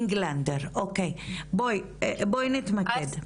בואי נתמקד.